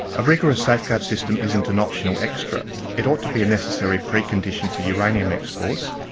a rigorous safeguards system isn't an optional extra. it ought to be a necessary pre-condition for uranium exports,